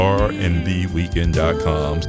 rnbweekend.com